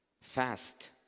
fast